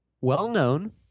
well-known